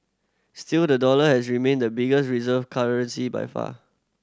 still the dollar has remained the biggest reserve currency by far